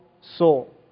soul